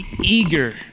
eager